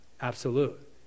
absolute